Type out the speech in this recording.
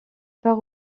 part